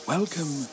Welcome